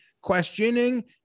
questioning